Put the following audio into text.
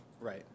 Right